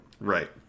Right